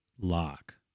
lock